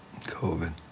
COVID